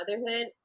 motherhood